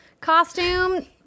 costume